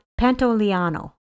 Pantoliano